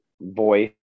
voice